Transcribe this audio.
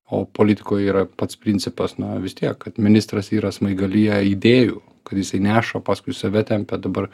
o politikoj yra pats principas na vis tiek kad ministras yra smaigalyje idėjų kad jisai neša paskui save tempia dabar